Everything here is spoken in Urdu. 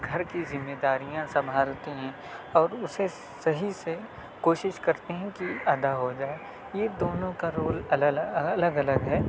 گھر کی ذمہ داریاں سنبھالتی ہیں اور اسے سہی سے کوشش کرتی ہیں کہ ادا ہو جائے یہ دونوں کا رول الگ الگ ہے